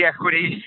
Equity